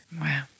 Wow